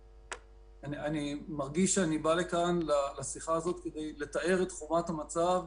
אני מרגיש שאני בא לשיחה הזאת כדי לתאר את חומרת המצב.